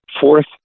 fourth